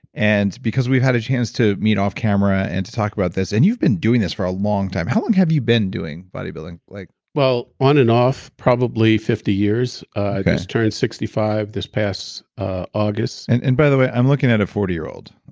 and because we've had a chance to meet off-camera and to talk about this, and you've been doing this for a long time. how long have you been doing bodybuilding? like well, on and off probably fifty years. i just turned sixty five this past august and and by the way, i'm looking at a forty year old,